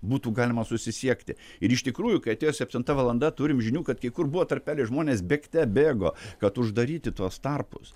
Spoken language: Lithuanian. būtų galima susisiekti ir iš tikrųjų kai atėjo septinta valanda turim žinių kad kai kur buvo tarpeliai žmonės bėgte bėgo kad uždaryti tuos tarpus